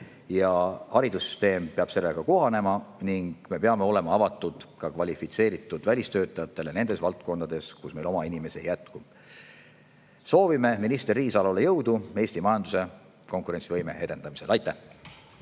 Haridussüsteem peab sellega kohanema ning me peame olema avatud ka kvalifitseeritud välistöötajatele nendes valdkondades, kus meil oma inimesi ei jätku. Soovime minister Riisalole jõudu Eesti majanduse konkurentsivõime edendamisel! Aitäh!